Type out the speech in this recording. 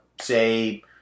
say